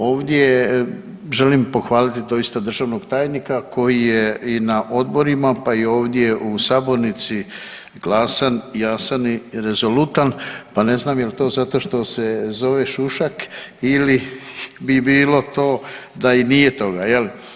Ovdje, želim pohvaliti to isto državnog tajnika koji je i na odborima pa i ovdje u sabornici glasan, jasan i rezolutan pa ne znam jel to zašto što se zove Šušak ili bi bilo to da i nije toga je li.